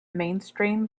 mainstream